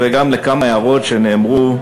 וגם לכמה הערות שנאמרו,